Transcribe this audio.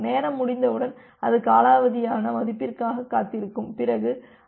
நேரம் முடிந்தவுடன் அது காலாவதியான மதிப்பிற்காக காத்திருக்கும் பிறகு அது இணைப்பை வெளியிடும்